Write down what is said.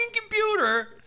computer